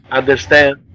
understand